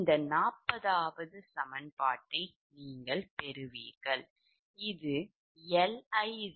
இதை சமன்பாட்டை 40 அக நீங்கள் பெறுவீர்கள்